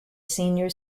senior